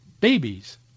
babies